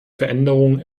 veränderungen